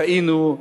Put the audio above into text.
טעינו,